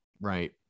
Right